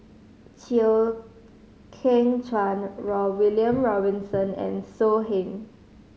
Chew Kheng Chuan William Robinson and So Heng